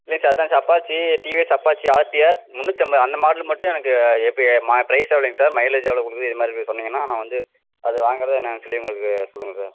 இல்லைங்க சார் அதுதான் sir Apache TVS Apache RTR முந்நூற்றி ஐம்பது அந்த மாடல் மட்டும் எனக்கு எப்படி மா ப்ரைஸ் எவ்வளவுங்க சார் மைலேஜ் எவ்வளோ கொடுக்குது இது மாதிரி இருக்கிறது சொன்னீங்கன்னால் நான் வந்து அது வாங்கறது என்னன்னு சொல்லி எங்களுக்கு சொல்லுங்கள் சார்